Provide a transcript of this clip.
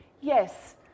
yes